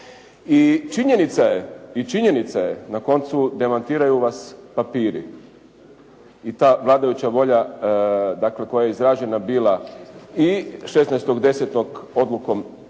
I činjenica je, na koncu demantiraju vas papiri i ta vladajuća volja dakle koja je izražena bila i 16.10. odlukom